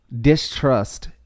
distrust